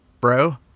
bro